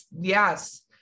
yes